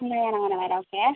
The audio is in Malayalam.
എന്നാൽ ഞാൻ അങ്ങന വരാം ഓക്കെ